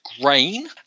grain